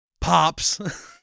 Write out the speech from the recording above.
Pops